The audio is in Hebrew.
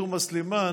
סלימאן,